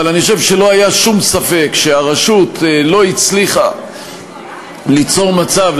אבל אני חושב שלא היה שום ספק שהרשות לא הצליחה ליצור מצב,